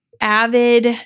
avid